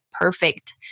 perfect